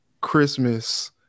Christmas